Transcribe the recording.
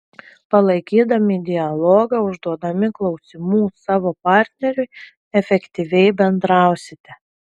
palaikydami dialogą užduodami klausimų savo partneriui efektyviai bendrausite